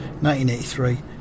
1983